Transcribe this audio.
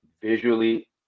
visually